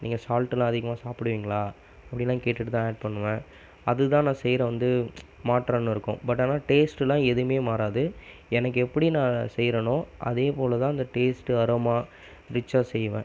நீங்கள் சால்ட்டுலாம் அதிகமாக சாப்பிடுவீங்களா அப்படில்லாம் கேட்டுகிட்டு தான் ஆட் பண்ணுவேன் அது தான் நான் செய்கிற வந்து மாற்றன்னு இருக்கும் பட் ஆனால் டேஸ்ட்டெல்லாம் எதுவுமே மாறாது எனக்கு எப்படி நான் செய்கிறனோ அதேப்போல தான் அந்த டேஸ்ட் அரோமா ரிச்சாக செய்வேன்